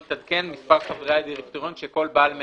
מתעדכן מספר חברי הדירקטוריון שכל בעל מניות,